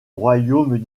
royaume